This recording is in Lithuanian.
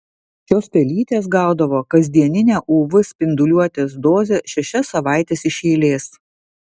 šios pelytės gaudavo kasdieninę uv spinduliuotės dozę šešias savaites iš eilės